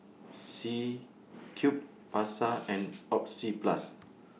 C Cube Pasar and Oxyplus